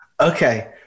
Okay